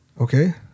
Okay